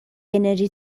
انرژی